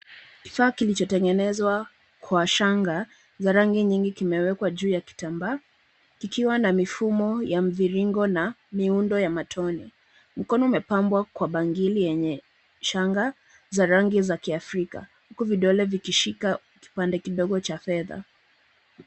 Kifaa kilichotengenezwa kwa shanga za rangi nyingi kinewekwa juu ya kitambaa, kikiwa na mfumo ya mviringo na miundo ya matone. Mkono umepambwa kwa bangili yenye shanga za rangi ya Kiafrika huku vidole vikishika kipande kidogo cha fedha.